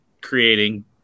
creating